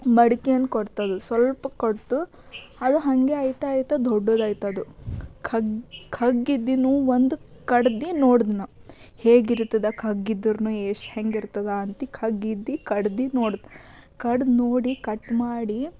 ಮಡಿಕೆನ್ನು ಕೊಟ್ಟಿತು ಸ್ವಲ್ಪ ಕೊಡ್ತು ಅದು ಹಾಗೆ ಆಗ್ತಾ ಆಗ್ತಾ ದೊಡ್ಡದಾಯ್ತದು ಖಗ್ಗ ಖಗ್ಗಿದ್ದಿದ್ದವು ಒಂದು ಕಡ್ದು ನೋಡ್ದೆನಾ ಹೇಗಿರ್ತದೆ ಖಗ್ಗಿದ್ರುನೂ ಎಷ್ಟು ಹೆಂಗಿರ್ತದೆ ಅಂತ ಖಗ್ಗಿದ್ದ ಕಡ್ದು ನೋಡ್ದೆ ನಾ ಕಡ್ದು ನೋಡಿ ಕಟ್ ಮಾಡಿ